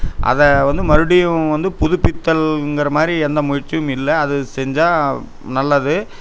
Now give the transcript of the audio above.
அதை வந்து மறுபடியும் வந்து புதுப்பித்தல்லுங்கிற மாதிரி எந்த முயற்சியும் இல்லை அது செஞ்சால் நல்லது